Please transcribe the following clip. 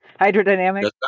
hydrodynamics